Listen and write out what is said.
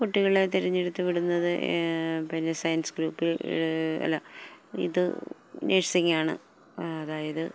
കുട്ടികളെ തെരഞ്ഞെടുത്ത് വിടുന്നത് പിന്നെ സയൻസ് ഗ്രൂപ്പിൽ അല്ല ഇത് നേഴ്സിംഗാണ് അതായത്